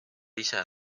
ise